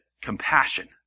compassion